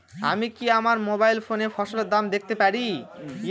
আমি কি আমার মোবাইল ফোনে ফসলের দাম দেখতে পারি?